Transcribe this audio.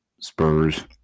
Spurs